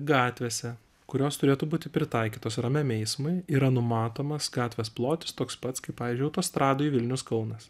gatvėse kurios turėtų būti pritaikytos ramiam eismui yra numatomas gatvės plotis toks pats kaip pavyzdžiui autostradoj vilnius kaunas